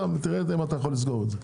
תראה אם אתה יכול לסגור את זה.